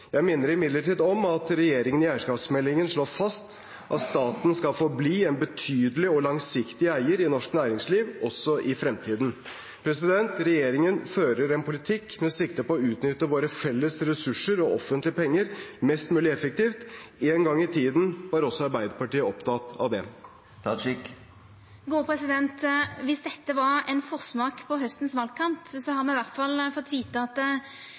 Jeg minner imidlertid om at regjeringen i eierskapsmeldingen slår fast at staten skal forbli en betydelig og langsiktig eier i norsk næringsliv også i fremtiden. Regjeringen fører en politikk med sikte på å utnytte våre felles ressurser og offentlige penger mest mulig effektivt. En gang i tiden var også Arbeiderpartiet opptatt av det. Dersom dette var ein forsmak på haustens valkamp, har me iallfall fått vita at Høgre ikkje har